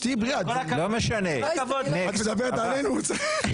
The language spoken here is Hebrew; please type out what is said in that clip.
לא משנה, נקסט.